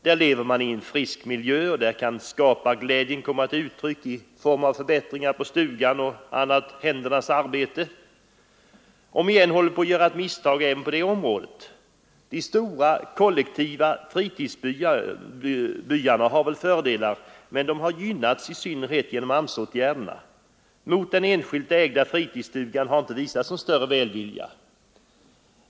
Där lever man i en frisk miljö, och där kan skaparglädjen komma till uttryck i form av förbättringar på stugan och annat händernas arbete. Omigen håller vi på att göra ett misstag även på det området. De stora kollektiva fritidsbyarna har väl sina fördelar, men de gynnas särskilt genom AMS-åtgärderna. Mot den enskilt ägda fritidsstugan har man inte visat någon större välvilja.